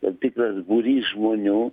tam tikras būrys žmonių